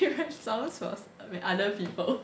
he writes songs for with other people